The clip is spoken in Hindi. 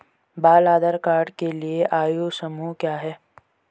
बाल आधार कार्ड के लिए आयु समूह क्या है?